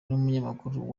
n’umunyamakuru